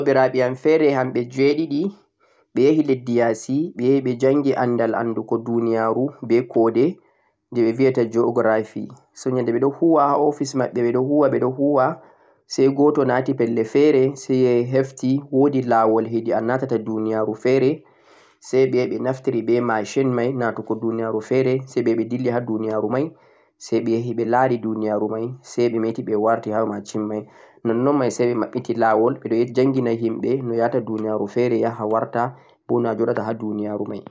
woodi soobiraaɓe am feere hamɓe jeeeɗiɗi, ɓe yahi leddi yaasi, ɓe yahi ɓe janngi anndal anndugo duuniyaaru, be ko'de, jee ɓe biyata geography, so, nyannde ɓe ɗon huwa ha 'office' maɓɓe. Ɓeɗon huwa ɓeɗon huwa, say gooto naati pelle feere say yefti woodi laawol heedi a natata duuniyaaru feere say ɓe yahi ɓe naftiri be machine may na'tu go say ɓe yahi ɓe dilli ha duuniyaaru may, say ɓe yahi ɓe laari duuniyaaru may say ɓe mati ɓe warti ha macin may, nonnon may say ɓe maɓɓiti laawol, ɓeɗon njanngina himɓe no yata duuniyaaru feere yaha warta bo no ha ɓe joɗata ha duuniyaaru may.